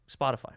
Spotify